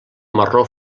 marró